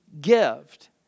gift